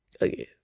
again